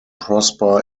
prosper